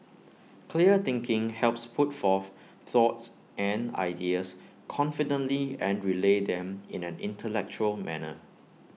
clear thinking helps put forth thoughts and ideas confidently and relay them in an intellectual manner